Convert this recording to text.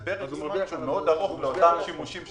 זה פרק זמן ארוך מאוד לאותם שימושים.